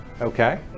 okay